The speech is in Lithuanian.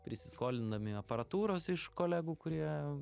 prisiskolindami aparatūros iš kolegų kurie